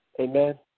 Amen